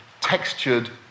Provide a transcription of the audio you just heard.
textured